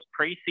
preseason